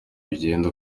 bigenda